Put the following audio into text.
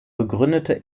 begründete